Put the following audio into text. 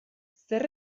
zer